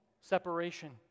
separation